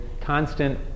constant